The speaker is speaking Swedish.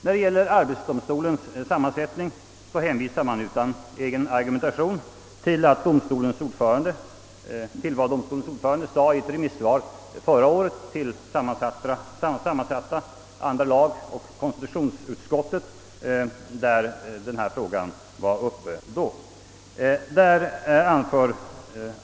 När det gäller arbetsdomstolens sammansättning hänvisar utskottet utan egen argumentation till vad domstolens ordförande sade i sitt remissvar förra året till sammansatta andra lagoch konstitutionsutskottet, som då behandlade denna fråga.